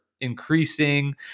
increasing